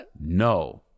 No